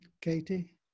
Katie